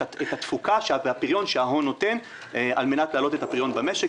את התפוקה והפריון שההון נותן על מנת להעלאות את הפריון במשק.